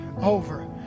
over